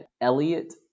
Elliot